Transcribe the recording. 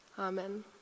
Amen